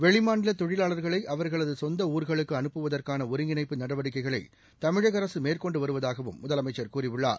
வெளிமாநில தொழிலாளர்களை ஊர்களுக்கு அவர்களது சொந்த அனுப்புவதற்கான ஒருங்கிணைப்பு நடவடிக்கைகளை தமிழக அரசு மேற்கொண்டு வருவதாகவும் முதலமைச்ச் கூறியுள்ளார்